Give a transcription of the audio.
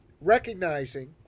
recognizing